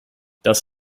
das